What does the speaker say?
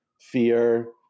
fear